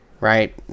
Right